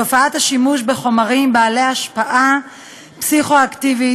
תופעת השימוש בחומרים בעלי השפעה פסיכואקטיבית,